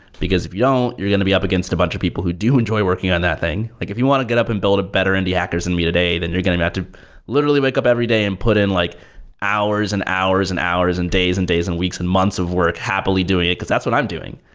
because if you don't, you're going to be up against a bunch of people who do enjoy working on that thing. like if you want to get up and build a better indie hackers than me today, than you're going to have to literally wake up every day and put in like hours and hours and hours and days and days and weeks and months of work happily doing it, because that's what i'm doing.